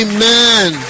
Amen